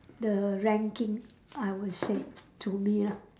the ranking I would say to me ah